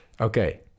Okay